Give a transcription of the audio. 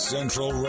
Central